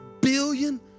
billion